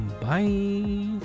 Bye